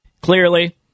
Clearly